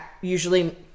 usually